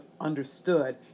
understood